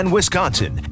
Wisconsin